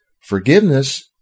Forgiveness